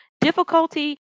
difficulty